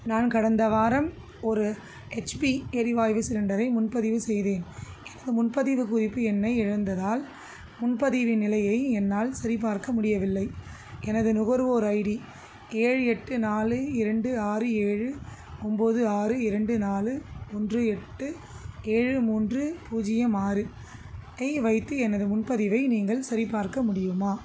நான் கடந்த வாரம் ஒரு ஹெச்பி எரிவாய்வு சிலிண்டரை முன்பதிவு செய்தேன் எனது முன்பதிவு குறிப்பு எண்ணை இழந்ததால் முன்பதிவின் நிலையை என்னால் சரி பார்க்க முடியவில்லை எனது நுகர்வோர் ஐடி ஏழு எட்டு நாலு இரண்டு ஆறு ஏழு ஒம்போது ஆறு இரண்டு நாலு ஒன்று எட்டு ஏழு மூன்று பூஜ்யம் ஆறு ஐ வைத்து எனது முன்பதிவை நீங்கள் சரிபார்க்க முடியுமா